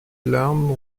larmes